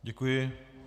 Děkuji.